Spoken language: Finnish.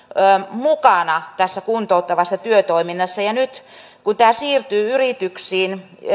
mukana tässä kuntouttavassa työtoiminnassa ja nyt kun tämä siirtyy yrityksiin